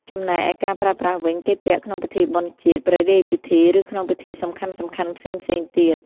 ចំណែកឯការប្រើប្រាស់វិញគេពាក់ក្នុងពិធីបុណ្យជាតិ ព្រះរាជពិធី ឬក្នុងពិធីសំខាន់ៗផ្សេងៗទៀត។